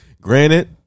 Granted